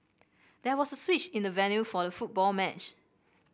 there was a switch in the venue for the football match